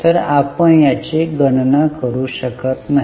तर आपण याची गणना करू शकत नाही